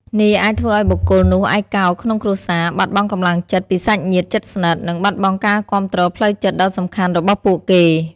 នេះអាចធ្វើឲ្យបុគ្គលនោះឯកោក្នុងគ្រួសារ បាត់បង់កម្លាំងចិត្តពីសាច់ញាតិជិតស្និទ្ធ និងបាត់បង់ការគាំទ្រផ្លូវចិត្តដ៏សំខាន់របស់ពួកគេ។